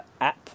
app